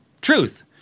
truth